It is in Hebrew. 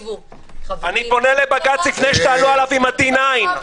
אני פונה לבג"ץ לפני שתעלו עליו עם ה-D9.